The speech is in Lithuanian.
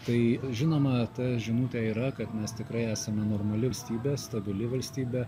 tai žinoma ta žinutė yra kad mes tikrai esame normali valstybė stabili valstybė